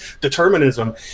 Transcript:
determinism